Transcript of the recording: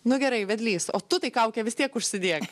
nu gerai vedlys o tu tai kaukę vis tiek užsidėk